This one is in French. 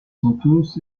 santos